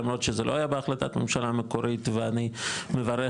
למרות שזה לא היה בהחלטת ממשלה המקורית ואני מברך